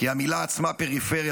כי המילה עצמה "פריפריה",